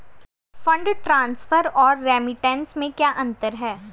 Fund transfer और remittance में क्या अंतर है?